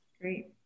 Great